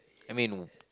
I mean